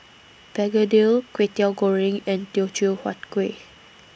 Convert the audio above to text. Begedil Kwetiau Goreng and Teochew Huat Kuih